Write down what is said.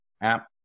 app